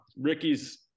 Ricky's